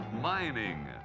mining